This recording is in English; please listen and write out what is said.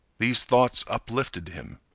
these thoughts uplifted him.